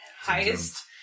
Highest